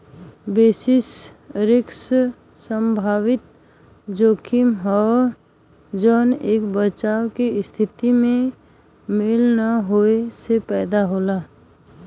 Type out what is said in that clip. basis risk संभावित जोखिम हौ जौन एक बचाव के स्थिति में मेल न होये से पैदा होला